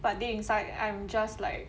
but then inside I'm just like